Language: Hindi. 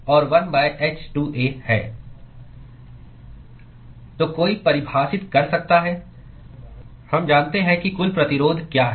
तो कोई परिभाषित कर सकता है हम जानते हैं कि कुल प्रतिरोध क्या है